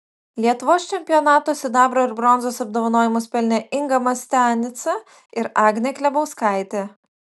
lietuvos čempionato sidabro ir bronzos apdovanojimus pelnė inga mastianica ir agnė klebauskaitė